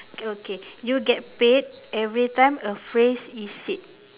okay you get paid everytime a phrase is said